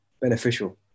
beneficial